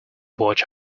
watch